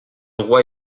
roi